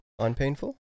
Unpainful